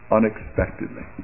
unexpectedly